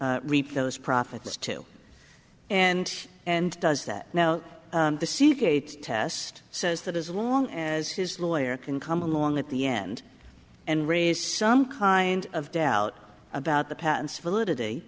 reap those profits too and and does that now the seagate test says that as long as his lawyer can come along at the end and raise some kind of doubt about the patents validity